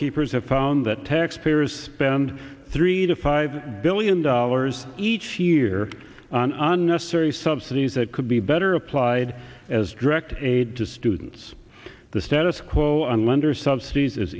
scorekeepers have found that tax payers spend three to five billion dollars each year on unnecessary subsidies that could be better applied as direct aid to students the status quo